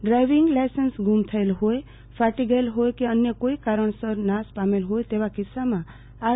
driving licence ગુમ થયેલ હોયફાટી ગયેલ ફોટા કે અન્ય કોઈ કારણસર નાશ પ્રામેલ ફોટા તેવા કિસ્સામાં આર